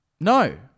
No